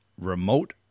remote